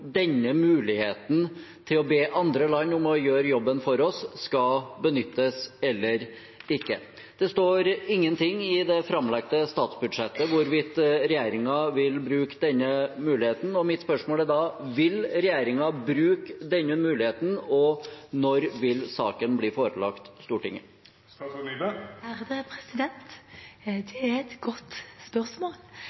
denne muligheten til å be andre land om å gjøre jobben for oss, skal benyttes eller ikke. Det står ingenting i det framlagte statsbudsjettet om hvorvidt regjeringen vil bruke denne muligheten, og mitt spørsmål er da: Vil regjeringen bruke denne muligheten, og når vil saken bli forelagt Stortinget?